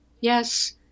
Yes